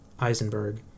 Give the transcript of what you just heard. Eisenberg